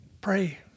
Pray